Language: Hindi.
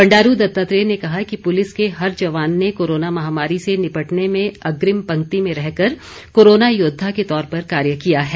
बंडारू दत्तात्रेय ने कहा कि पुलिस के हर जवान ने कोरोना महामारी से निपटने में अग्रिम पंक्ति में रह कर कोरोना योद्वा के तौर पर कार्य किया है